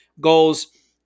goals